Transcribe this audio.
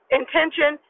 intention